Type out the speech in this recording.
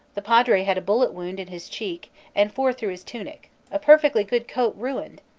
the padre had a bullet woun in his cheek and four through his tunic a perfectly good coat ruined!